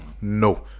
no